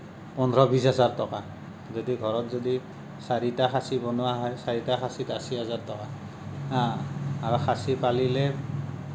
পোন্ধৰ বিশ হাজাৰ টকা যদি ঘৰত যদি চাৰিটা খাচী বনোৱা হয় চাৰিটা খাচীত আশী হাজাৰ টকা হা আৰু খাচী পালিলে